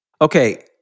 Okay